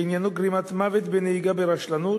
שעניינו גרימת מוות בנהיגה ברשלנות,